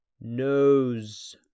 nose